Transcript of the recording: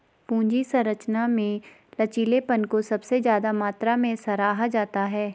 पूंजी संरचना में लचीलेपन को सबसे ज्यादा मात्रा में सराहा जाता है